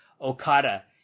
Okada